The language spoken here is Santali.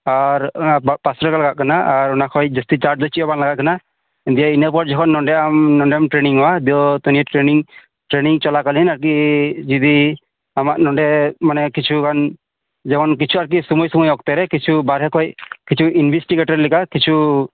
ᱟᱨ ᱯᱟᱥᱳ ᱴᱟᱠᱟ ᱞᱟᱜᱟᱜ ᱠᱟᱱᱟ ᱟᱨ ᱠᱷᱚᱡ ᱡᱟᱹᱥᱛᱤ ᱪᱟᱨᱡ ᱫᱚ ᱪᱮᱫ ᱦᱚᱸ ᱵᱟᱝ ᱞᱟᱜᱟᱜ ᱠᱟᱱᱟ ᱫᱤᱭᱮ ᱤᱱᱟᱹ ᱯᱚᱨ ᱡᱚᱠᱷᱚᱱ ᱱᱚᱰᱮ ᱟᱢ ᱱᱚᱰᱮᱢ ᱴᱨᱮᱱᱤᱝ ᱚᱜ ᱟ ᱫᱚ ᱴᱨᱮᱱᱤᱝ ᱪᱚᱞᱟᱠᱟᱞᱤᱱ ᱟᱨᱠᱤ ᱡᱩᱫᱤ ᱟᱢᱟᱜ ᱱᱚᱰᱮ ᱢᱟᱱᱮ ᱠᱩᱪᱷᱩᱜᱟᱱ ᱡᱮᱢᱚᱱ ᱠᱤᱪᱷᱩ ᱟᱨᱠᱤ ᱥᱚᱢᱚᱭ ᱥᱚᱢᱚᱭ ᱚᱠᱛᱚᱨᱮ ᱠᱤᱪᱷᱩ ᱵᱟᱨᱦᱮ ᱠᱷᱚᱡ ᱠᱤᱪᱷᱩ ᱤᱱᱵᱷᱤᱥᱜᱮᱴᱳᱨ ᱞᱮᱠᱟ ᱠᱩᱪᱷᱩ